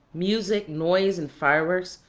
music, noise, and fireworks,